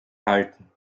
halten